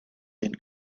been